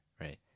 right